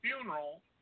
funeral